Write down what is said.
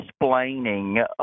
explaining